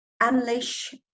unleash